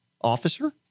officer